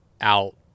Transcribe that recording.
out